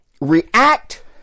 react